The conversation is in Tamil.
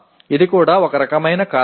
இதுதான் இதுவும் கீழே இறங்குவதற்கான காரணம்